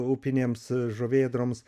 upinėms žuvėdroms